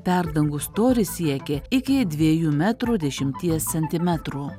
perdangų storis siekė iki dviejų metrų dešimties centimetrų